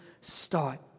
start